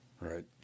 right